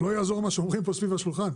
לא יעזור מה שאומרים פה סביב השולחן,